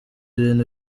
ibintu